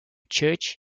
church